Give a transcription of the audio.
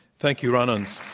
thank you, ron unz.